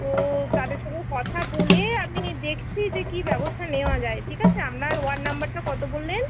তো তাদের সঙ্গে কথা বলে আমি দেখছি যে কী ব্যবস্থা নেওয়া যায় ঠিক আছে আপনার ওয়ার্ড নম্বরটা কতো বললেন